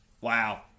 Wow